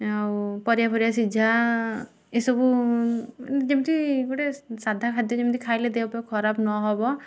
ଆଉ ପରିବା ଫରିବା ସିଝା ଏସବୁ ଯେମିତି ଗୋଟେ ସାଧା ଖାଦ୍ୟ ଯେମିତି ଖାଇଲେ ଦେହ ଫେହ ଖରାପ ନ ହବ